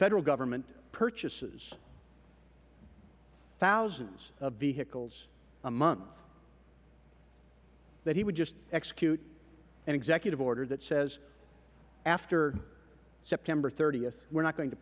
federal government purchases thousands of vehicles a month that he would just execute an executive order that says after september th we are not going to